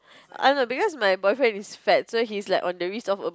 oh no because my boyfriend is fat so he's like on the risk of a